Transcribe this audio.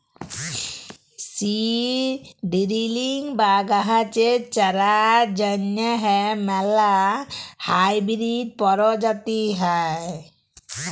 seed drilling বা গাহাচের চারার জ্যনহে ম্যালা হাইবিরিড পরজাতি হ্যয়